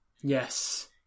yes